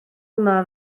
yma